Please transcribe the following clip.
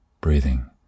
breathing